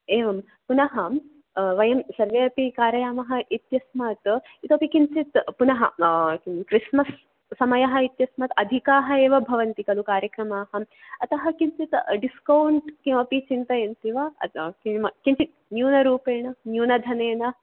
एवं पुनः वयं सर्वे अपि कारयामः इत्यस्मात् इतोपि किञ्चित् पुनः क्रिस्मस् समयः इत्यस्मात् अधिकाः एव भवन्ति खलु कार्यक्रमाः अतः किञ्चित् डिस्कौण्ट् किमपि चिन्तयन्ति वा किञ्चित् न्यूनरूपेण न्यूनधनेन